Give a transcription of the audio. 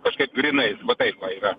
kažkaip grynais va taip va yra